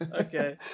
Okay